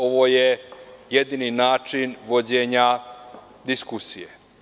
Ovo je jedini način vođenja diskusije.